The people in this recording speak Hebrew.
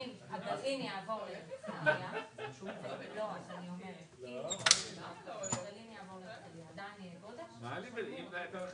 אנחנו כן צריכים לפקח ולהבין מה גבולות המפה.